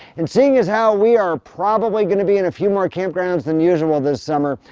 and seeing as how we are probably going to be in a few more campgrounds than usual this summer,